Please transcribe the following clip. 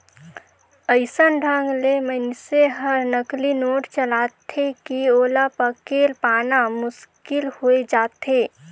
अइसन ढंग ले मइनसे हर नकली नोट चलाथे कि ओला पकेड़ पाना मुसकिल होए जाथे